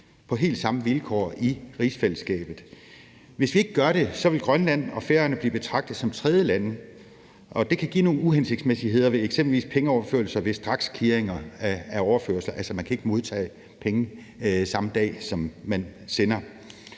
ens vilkår i rigsfællesskabet. Hvis vi ikke gør det, vil Grønland og Færøerne blive betragtet som tredjelande, og det kan give nogle uhensigtsmæssigheder eksempelvis i forbindelse med straksclearinger af pengeoverførsler, altså at man ikke kan modtage penge samme dag, som de bliver